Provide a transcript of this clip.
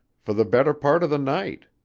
for the better part of the night.